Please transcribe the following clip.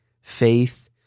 faith